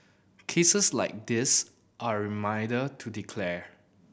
cases like this are a reminder to declare